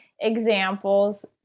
examples